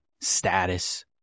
status